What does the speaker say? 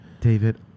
David